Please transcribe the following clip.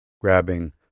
grabbing